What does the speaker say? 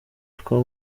twa